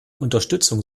unterstützung